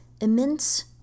immense